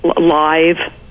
live